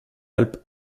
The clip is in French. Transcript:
alpes